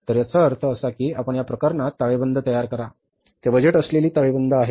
तर याचा अर्थ असा की आपण या प्रकरणात ताळेबंद तयार करा ते बजेट असलेली ताळेबंद आहे